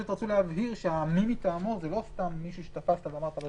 להבהיר ש"מי מטעמו" זה לא סתם מישהו שתפסת ואמרת לו